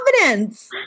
confidence